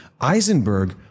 Eisenberg